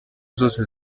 zose